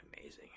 amazing